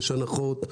יש הנחות.